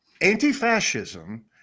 anti-fascism